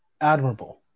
admirable